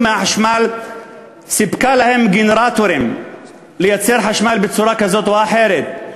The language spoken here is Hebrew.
מהחשמל גנרטורים לייצר חשמל בצורה כזאת או אחרת.